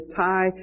tie